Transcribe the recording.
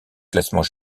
classement